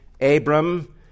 Abram